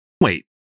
Wait